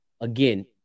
again